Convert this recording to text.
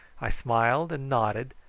i smiled and nodded,